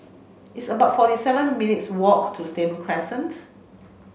it's about forty seven minutes' walk to Stadium Crescent